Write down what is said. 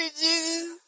Jesus